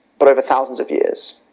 but over thousands of years.